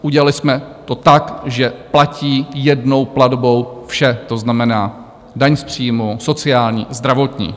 Udělali jsme to tak, že platí jednou platbou vše, to znamená daň z příjmu, sociální, zdravotní.